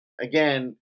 again